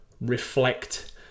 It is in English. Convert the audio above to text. reflect